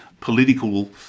political